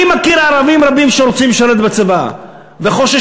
אני מכיר ערבים רבים שרוצים לשרת בצבא וחוששים,